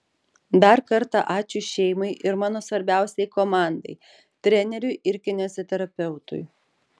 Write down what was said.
dar kartą ačiū šeimai ir mano svarbiausiai komandai treneriui ir kineziterapeutui